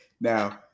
Now